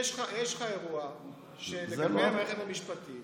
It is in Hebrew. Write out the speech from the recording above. יש לך אירוע לגבי המערכת המשפטית